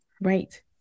Right